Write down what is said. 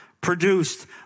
produced